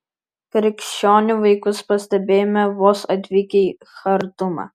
krikščionių vaikus pastebėjome vos atvykę į chartumą